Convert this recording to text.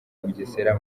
bugesera